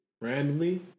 randomly